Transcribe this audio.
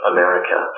America